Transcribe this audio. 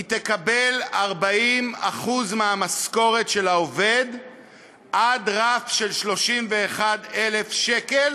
היא תקבל 40% מהמשכורת של העובד עד רף של 31,000 שקל,